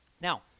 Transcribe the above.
Now